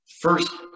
first